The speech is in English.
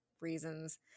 reasons